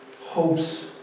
hopes